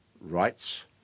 rights